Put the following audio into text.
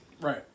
Right